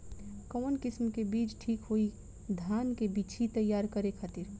कवन किस्म के बीज ठीक होई धान के बिछी तैयार करे खातिर?